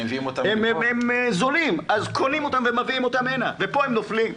מוכרים אותם בזול וקונים אותם ומביאים אותם הנה ופה הם נופלים.